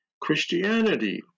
Christianity